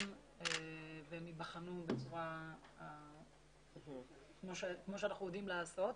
והם ייבחנו כמו שאנחנו יודעים לעשות.